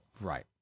Right